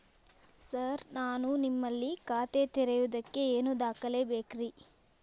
Sir ನಾನು ನಿಮ್ಮಲ್ಲಿ ಖಾತೆ ತೆರೆಯುವುದಕ್ಕೆ ಏನ್ ದಾಖಲೆ ಬೇಕ್ರಿ?